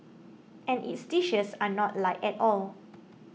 and its dishes are not light at all